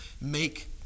Make